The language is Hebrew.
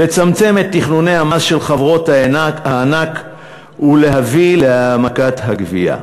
לצמצם את תכנוני המס של חברות הענק ולהביא להעמקת הגבייה.